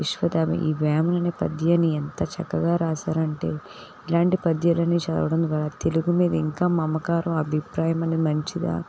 విశ్వదాభి ఈ వేమన అనే పద్యాన్ని ఎంత చక్కగా రాసారంటే ఇలాంటి పద్యాలు అన్నీ చదవడం ద్వారా తెలుగు మీద ఇంకా మమకారం అభిప్రాయం అనే మంచిగా